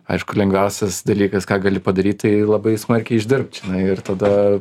aišku lengviausias dalykas ką gali padaryt tai labai smarkiai išdirbt žinai ir tada